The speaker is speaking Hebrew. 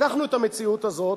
לקחנו את המציאות הזאת,